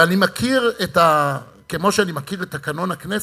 ואני מכיר, כמו שאני מכיר את תקנון הכנסת,